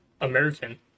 American